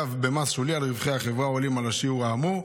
יחויב במס שולי על רווחי החברה העולים על השיעור האמור.